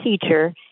teacher